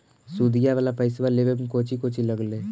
सुदिया वाला पैसबा लेबे में कोची कोची लगहय?